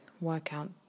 workout